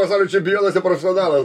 pasaulio čempionas ne profesionalas